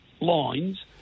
lines